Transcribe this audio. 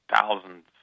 thousands